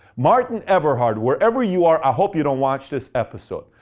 martin eberhard, wherever you are, i hope you don't watch this episode.